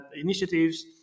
initiatives